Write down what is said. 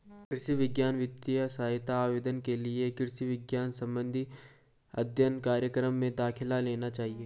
कृषि वित्तीय सहायता आवेदन के लिए कृषि विज्ञान संबंधित अध्ययन कार्यक्रम में दाखिला लेना चाहिए